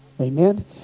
amen